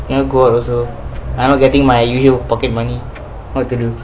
cannot go out also I not getting my usual pocket money what to do